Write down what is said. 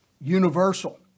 universal